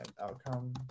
outcome